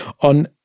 on